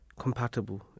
Compatible